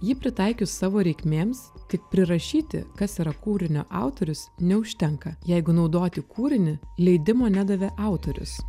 ji pritaikius savo reikmėms tik prirašyti kas yra kūrinio autorius neužtenka jeigu naudoti kūrinį leidimo nedavė autorius